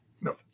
no